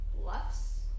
Bluffs